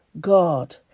God